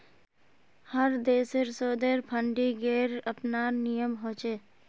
हर देशेर शोधेर फंडिंगेर अपनार नियम ह छे